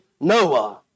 Noah